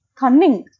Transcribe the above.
cunning